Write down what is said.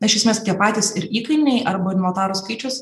iš esmės tie patys ir įkainiai arba notarų skaičius